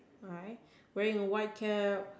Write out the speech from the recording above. right wearing white cap